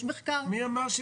מי אמר?